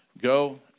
Go